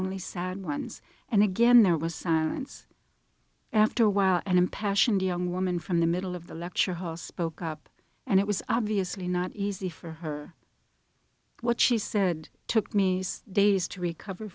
only sad ones and again there was silence after a while an impassioned young woman from the middle of the lecture hall spoke up and it was obviously not easy for her what she said took me days to recover